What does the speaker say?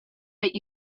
but